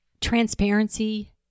Transparency